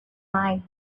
mind